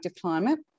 climate